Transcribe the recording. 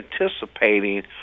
anticipating